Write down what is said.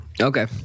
Okay